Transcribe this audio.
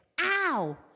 Ow